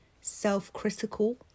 self-critical